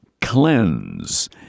cleanse